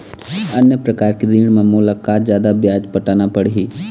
अन्य प्रकार के ऋण म मोला का जादा ब्याज पटाना पड़ही?